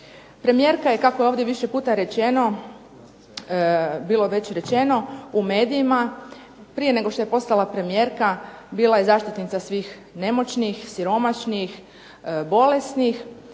Premijerka je kako je ovdje više puta rečeno bilo već rečeno u medijima prije nego što je postala premijerka bila i zaštitnica svih nemoćnih, siromašnih, bolesnih,